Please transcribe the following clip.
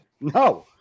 No